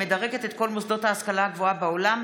המדרגת את כל מוסדות ההשכלה הגבוהה בעולם.